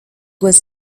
was